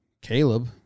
Caleb